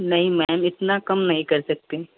नहीं मैम इतना कम नहीं कर सकती